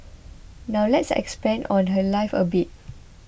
now let's expand on her life a bit